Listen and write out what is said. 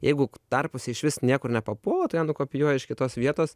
jeigu tarpuose išvis niekur nepapuola tu ją nukopijuoji iš kitos vietos